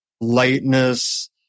lightness